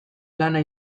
lana